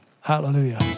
Hallelujah